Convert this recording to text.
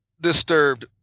disturbed